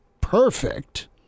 perfect